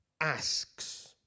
asks